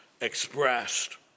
expressed